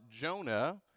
Jonah